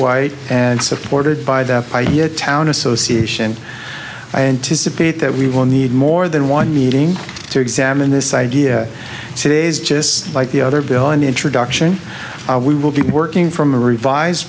white and supported by the idea town association i anticipate that we will need more than one meeting to examine this idea today's just like the other bill in the introduction we will be working from a revised